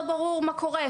לא ברור מה קורה.